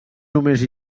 només